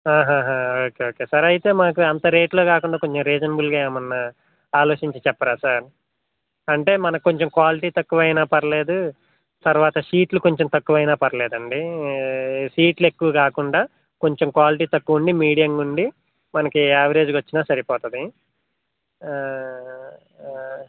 okay okay sir అయితే మనకు అంత రేట్లో కాకుండా కొంచెం రీజనబుల్గా ఏమన్నా ఆలోచించి చెప్పరాా సార్ అంటే మనకు కొంచెం క్వాలిటీ తక్కువైనా పర్లేదు తర్వాత షీట్లు కొంచెం తక్కువైనా పర్లేదండి సీట్లు ఎక్కువ కాకుండా కొంచెం క్వాలిటీ తక్కువ ఉండి మీడియంగా ఉండి మనకు యావరేజ్ వచ్చిన సరిపోతుంది